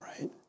right